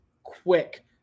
Quick